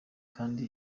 kandi